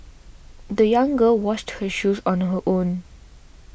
the young girl washed her shoes on her own